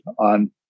on